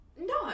No